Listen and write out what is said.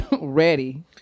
Ready